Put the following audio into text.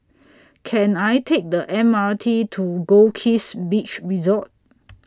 Can I Take The M R T to Goldkist Beach Resort